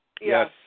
Yes